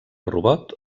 robot